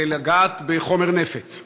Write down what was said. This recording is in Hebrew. זה לגעת בחומר נפץ,